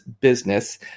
business